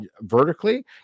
vertically